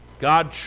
God